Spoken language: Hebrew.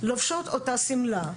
לובשות אותה שמלה,